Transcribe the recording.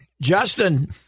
Justin